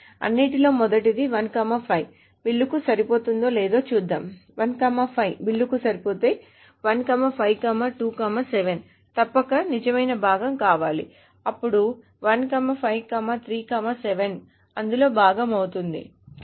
అన్నింటిలో మొదటిది 1 5 బిల్లుకు సరిపోతుందో లేదో చూద్దాం 1 5 బిల్లుకు సరిపోతే 1 5 2 7 తప్పక నిజమైన భాగం కావాలి అప్పుడు 1 5 3 7 అందులో భాగం అవుతుంది